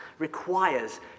requires